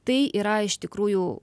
tai yra iš tikrųjų